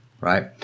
right